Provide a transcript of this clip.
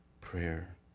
prayer